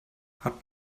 hat